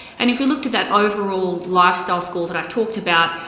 and if we looked at that overall lifestyle score that i talked about,